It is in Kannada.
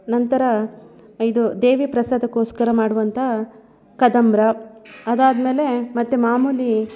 ನಂತರ ಇದು ದೇವಿ ಪ್ರಸಾದಕ್ಕೋಸ್ಕರ ಮಾಡುವಂಥ ಕದಂಬ್ರ ಅದಾದಮೇಲೆ ಮತ್ತು ಮಾಮೂಲಿ